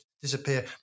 disappear